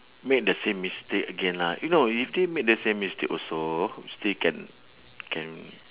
make the same mistake again lah if not if you still make the same mistake also still can can